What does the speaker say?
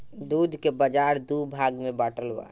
दूध के बाजार दू भाग में बाटल बा